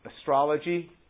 astrology